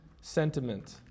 sentiment